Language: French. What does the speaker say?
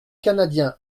canadien